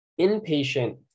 inpatient